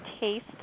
taste